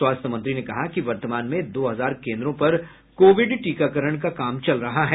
स्वास्थ्य मंत्री ने कहा कि वर्तमान में दो हजार केन्द्रों पर कोविड टीकाकरण का काम चल रहा है